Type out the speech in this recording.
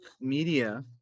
Media